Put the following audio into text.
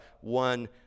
one